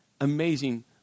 amazing